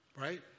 Right